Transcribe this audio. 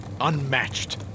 unmatched